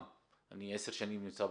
אני עשר שנים נמצא בכנסת.